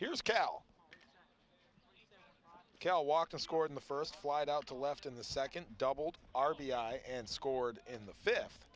here's cal cal walk to score in the first flight out the left in the second doubled r b i and scored in the fifth